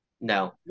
No